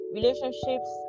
relationships